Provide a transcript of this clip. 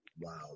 Wow